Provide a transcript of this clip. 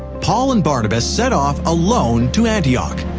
paul and barnabas set off alone to antioch.